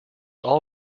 all